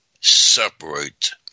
separate